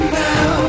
now